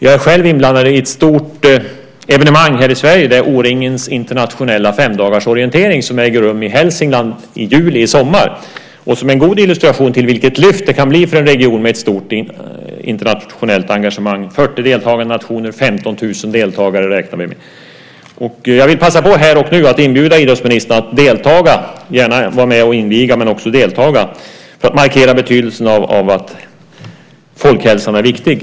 Jag är själv inblandad i ett stort evenemang här i Sverige, nämligen O-Ringens internationella femdagarsorientering, som äger rum i Hälsingland i juli i sommar, som är en god illustration till vilket lyft det kan bli för en region med ett stort internationellt engagemang. Vi räknar med 40 deltagande nationer och 15 000 deltagare. Jag vill passa på här och nu att inbjuda idrottsministern att delta - gärna vara med och inviga, men också delta - för att markera att folkhälsan är viktig.